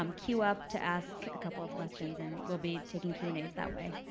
um cue up to ask a couple of questions and we'll be taking q and as that way.